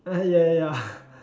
ah ya ya ya